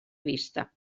vista